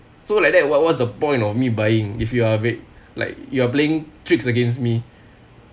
so like that what what's the point of me buying if you are like you are playing tricks against me